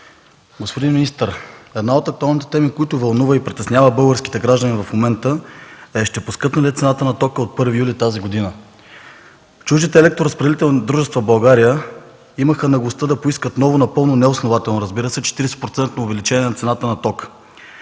Господин министър, една от актуалните теми, които вълнува и притеснява българските граждани в момента, е ще поскъпне ли цената на тока от 1 юли тази година. Чуждите електроразпределителни дружества в България имаха наглостта да поискат ново, напълно неоснователно 40 процентно увеличение на цената на тока,